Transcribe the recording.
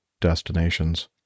Destinations